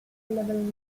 level